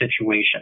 situation